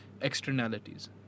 externalities